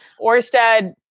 Orsted